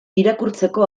irakurtzeko